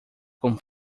com